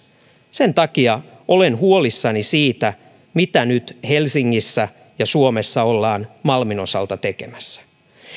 sen takia olen huolissani siitä mitä nyt helsingissä ja suomessa ollaan malmin osalta tekemässä